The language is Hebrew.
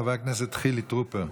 חבר הכנסת חילי טרופר.